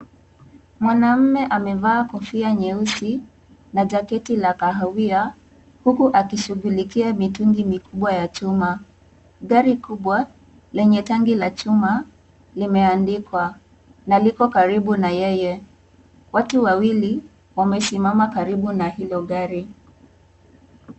Mwanamme amevaa kofia nyeusi na jacketi la kahawia huku akishughulikia mitungi mikubwa ya chuma. Gari kubwa lenye tangi la chuma limeandikwa na liko karibu na yeye. Watu wawili wamesimama karibu na hilo gari.